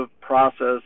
process